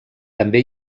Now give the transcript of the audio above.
també